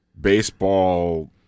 baseball